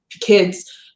kids